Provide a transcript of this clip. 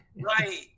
right